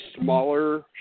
smaller